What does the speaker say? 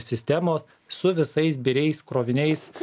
sistemos su visais biriais kroviniais